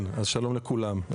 שלום לכולם.